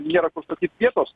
nėra kur statyt vietos